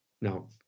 Now